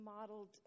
modeled